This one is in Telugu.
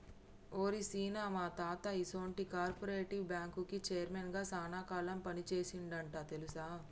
ఓరి సీన, మా తాత ఈసొంటి కార్పెరేటివ్ బ్యాంకుకి చైర్మన్ గా సాన కాలం పని సేసిండంట తెలుసా